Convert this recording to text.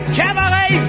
cabaret